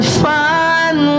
find